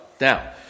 Now